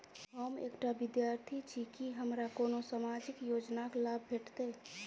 हम एकटा विद्यार्थी छी, की हमरा कोनो सामाजिक योजनाक लाभ भेटतय?